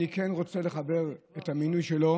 אני כן רוצה לחבר את המינוי שלו,